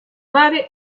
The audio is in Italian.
varie